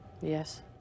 Yes